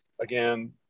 again